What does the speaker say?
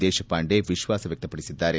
ದೇಶಪಾಂಡೆ ವಿಶ್ವಾಸ ವ್ಯಕ್ತಪಡಿಸಿದ್ದಾರೆ